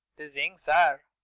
this young czar.